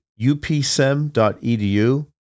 upsem.edu